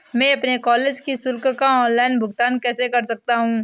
मैं अपने कॉलेज की शुल्क का ऑनलाइन भुगतान कैसे कर सकता हूँ?